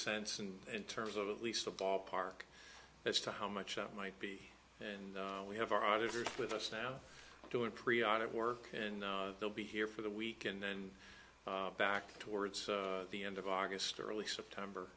sense and in terms of at least a ballpark as to how much that might be and we have our auditors with us now doing tree out of work and they'll be here for the week and then back towards the end of august early september